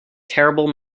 terrible